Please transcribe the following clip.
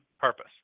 purpose